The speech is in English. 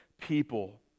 people